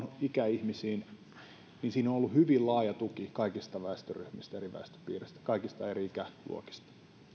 ikäihmisiin niin sille on ollut hyvin laaja tuki kaikista väestöryhmistä eri väestöpiireistä kaikista eri ikäluokista